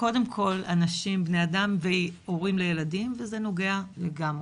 קודם כל אנשים ובני אדם והורים לילדים וזה נוגע לגמרי.